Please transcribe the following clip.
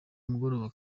mugoroba